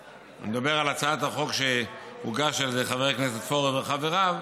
אני מדבר על הצעת החוק שהוגשה על ידי חבר הכנסת פורר וחבריו,